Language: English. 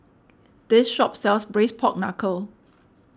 this shop sells Braised Pork Knuckle